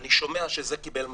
אני שומע שזה קיבל מרפק,